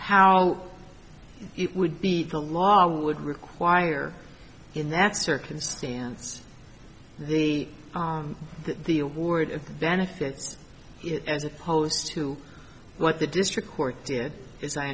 how it would be the law would require in that circumstance the the award of benefits is as opposed to what the district court did as i